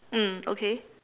mm okay